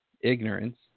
ignorance